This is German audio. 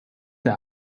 der